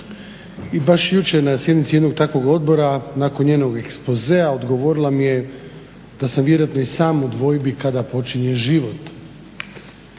i baš jučer na sjednici jednog takvog odbora nakon njenog ekspozea odgovorila mi je da sam vjerojatno i sam u dvojbi kada počinje život.